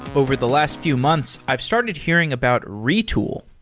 over the last few months, i've started hearing about retool.